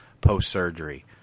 post-surgery